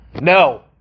No